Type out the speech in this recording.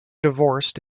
divorced